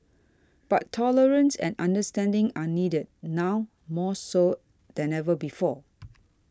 but tolerance and understanding are needed now more so than ever before